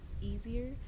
easier